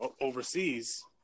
overseas